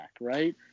right